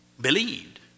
believed